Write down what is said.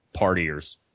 partiers